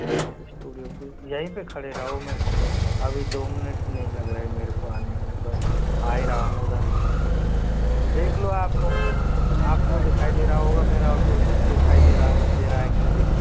Manish studio के यहीं पर खड़े रहो मैं अभी दो मिनट नहीं लग रहे है मेरे को आने में बस आ रहा हूँ उधर अब देख लो आप को आप को दिखाई दे रहा होगा मेरा ऑटो दिखाई दे रहा है दे रहा है क्या देखो